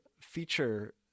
feature